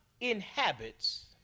inhabits